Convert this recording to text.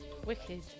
wicked